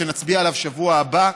שנצביע עליו בשבוע הבא,